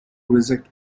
reject